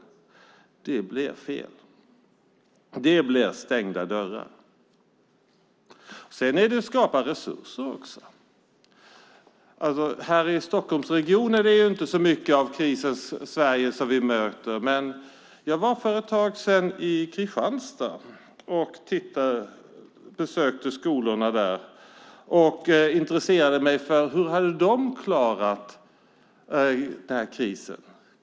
Det blir stängda dörrar. Det gäller också att skapa resurser. Här i Stockholmsregionen möter vi inte så mycket av krisens Sverige. Jag har nyligen varit i Kristianstad och besökt skolor. Jag intresserade mig för hur kommunen hade klarat krisen.